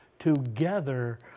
together